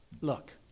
look